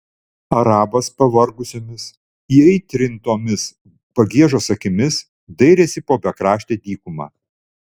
arabas pavargusiomis įaitrintomis pagiežos akimis dairėsi po bekraštę dykumą